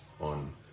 on